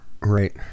Right